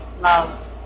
love